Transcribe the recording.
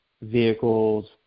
vehicles